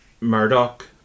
Murdoch